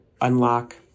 unlock